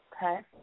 Okay